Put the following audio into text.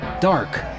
dark